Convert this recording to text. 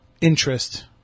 interest